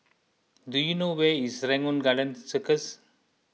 do you know where is Serangoon Garden Circus